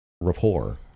rapport